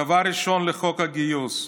ודבר ראשון, לחוק הגיוס.